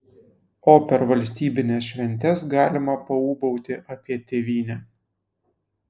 o per valstybines šventes galima paūbauti apie tėvynę